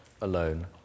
alone